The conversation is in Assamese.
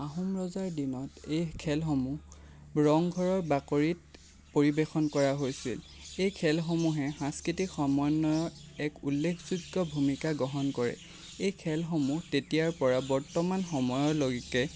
আহোম ৰজাৰ দিনত এই খেলসমূহ ৰংঘৰৰ বাকৰিত পৰিৱেশন কৰা হৈছিল এই খেলসমূহে সাংস্কৃতিক সমন্বয়ৰ এক উল্লেখযোগ্য ভূমিকা গ্ৰহণ কৰে এই খেলসমূহ তেতিয়াৰ পৰা বৰ্তমান সময়লৈকে